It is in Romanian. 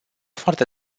foarte